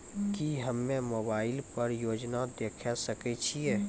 की हम्मे मोबाइल पर योजना देखय सकय छियै?